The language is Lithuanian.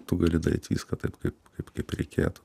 tu gali daryt viską taip kaip kaip kaip reikėtų